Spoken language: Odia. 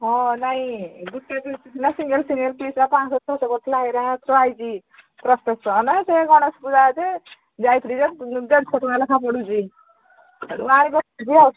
ହଁ ନାଇଁ ଗୋଟିଏ ପିସ୍ ନା ସିଙ୍ଗଲ ସିଙ୍ଗଲ ପିସ୍ ପାଞ୍ଚଶହ ଛଅଶହ ପଡ଼ିଥିଲା ହେରା ଥୁଆ ହେଇଛି ପଚାଶ ଟଙ୍କା ନା ସେ ଗଣେଶ ପୂଜା ଯେ ଯାଇଥିଲି ଯେ ଦେଢ଼ଶହ ଟଙ୍କା ଲେଖା ପଡ଼ୁଛି ସେଠୁ ଆଣିକି ଆସୁଛି ଆଉ